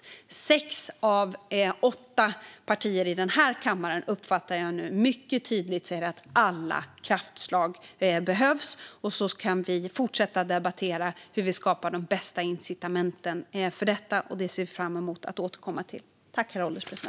Jag uppfattar att sex av åtta partier i den här kammaren mycket tydligt nu säger att alla kraftslag behövs, och sedan kan vi fortsätta att debattera hur vi skapar de bästa incitamenten för det här. Jag ser fram emot att återkomma till detta.